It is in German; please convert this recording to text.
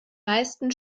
meisten